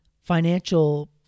financial